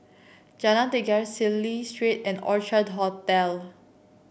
Jalan Tiga Cecil Street and Orchard Hotel